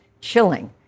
chilling